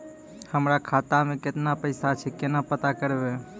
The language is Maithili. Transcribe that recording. हमरा खाता मे केतना पैसा छै, केना पता करबै?